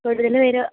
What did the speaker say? കൂടുതൽ പേർ